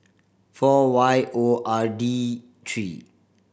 four Y O R D three